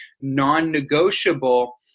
non-negotiable